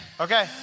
Okay